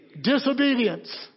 Disobedience